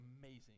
amazing